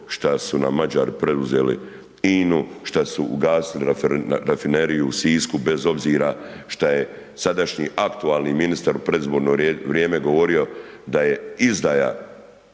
šta su nam Mađari preuzeli INA-u, šta su ugasili rafineriju u Sisku bez obzira šta je sadašnji aktualni ministar u predizborno vrijeme govorio da je izdaja,